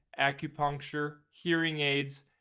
acupuncture, hearing aids,